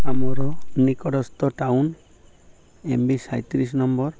ଆମର ନିକଟସ୍ଥ town M B ସଇଁତିରିଶ ନମ୍ବର